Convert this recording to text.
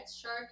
Shark